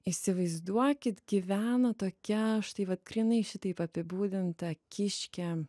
įsivaizduokit gyveno tokia aš tai vat grynai šitaip apibūdintą kiškę